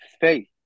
faith